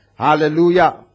Hallelujah